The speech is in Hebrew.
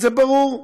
זה ברור.